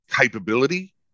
capability